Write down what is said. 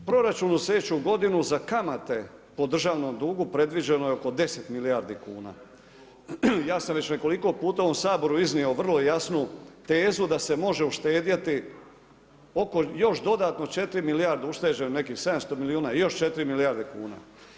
U proračunu za slijedeću godinu za kamate po državnom dugu predviđeno je oko 10 milijardi kuna, ja sam već nekoliko puta u ovom Saboru iznio vrlo jasnu tezu da se može uštedjeti oko još dodatno 4 milijarde, ušteđeno je nekih 700 milijuna, još 4 milijarde kuna.